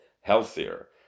healthier